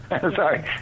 sorry